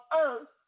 earth